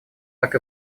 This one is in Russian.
так